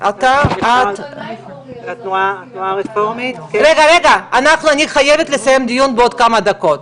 אבל הדיון הזה צריך להתקיים קודם כל מנקודת המבט הזאת,